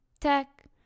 tech